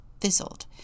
fizzled